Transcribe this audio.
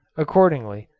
accordingly,